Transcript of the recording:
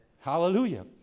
Hallelujah